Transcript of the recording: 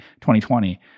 2020